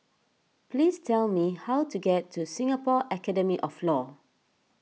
please tell me how to get to Singapore Academy of Law